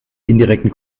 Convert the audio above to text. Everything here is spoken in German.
indirekten